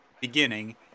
beginning